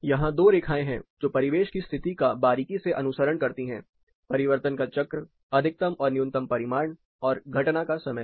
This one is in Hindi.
यहां दो रेखाएं हैं जो परिवेश की स्थिति का बारीकी से अनुसरण करती है परिवर्तन का चक्र अधिकतम और न्यूनतम परिमाण और घटना का समय भी